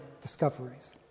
discoveries